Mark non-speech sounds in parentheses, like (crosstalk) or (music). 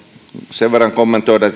sen verran kommentoida (unintelligible)